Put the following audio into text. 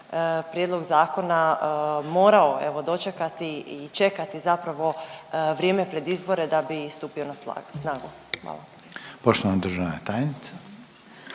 prijedlog zakona morao evo, dočekati i čekati zapravo vrijeme pred izbore da bi i stupio na snagu. Hvala.